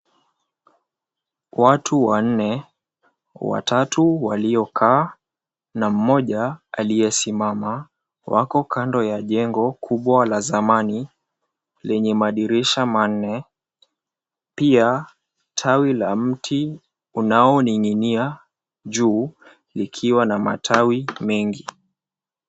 Watu wanne, watatu waliokaa na mmoja aliyesimama wako kando ya jengo kubwa la zamani lenye madirisha manne. Pia tawi la mti unaoning'inia juu likiwa na matawi mengi.